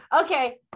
okay